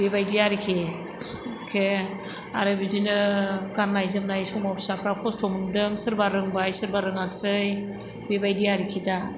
बेबायदि आरोखि एखे आरो बिदिनो गान्नाय जोमनाय समाव फिसाफ्रा खस्थ' मोन्दों सोरबा रोंबाय सोरबा रोङाखसै बेबायदि आरोखि दा